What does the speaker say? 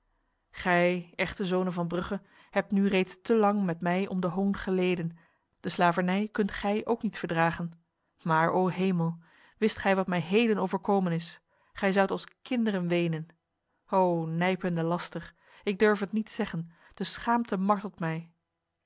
gij echte zonen van brugge hebt nu reeds te lang met mij om de hoon geleden de slavernij kunt gij ook niet verdragen maar o hemel wist gij wat mij heden overkomen is gij zoudt als kinderen wenen ho nijpende laster ik durf het niet zeggen de schaamte martelt mij